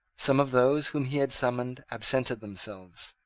some of those whom he had summoned absented themselves.